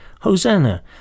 Hosanna